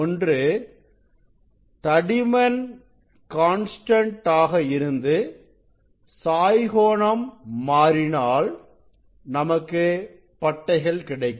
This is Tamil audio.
ஒன்று தடிமன் கான்ஸ்டன்ட்ஆக இருந்து சாய் கோணம்மாறினால் நமக்கு பட்டைகள் கிடைக்கும்